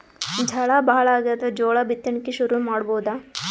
ಝಳಾ ಭಾಳಾಗ್ಯಾದ, ಜೋಳ ಬಿತ್ತಣಿಕಿ ಶುರು ಮಾಡಬೋದ?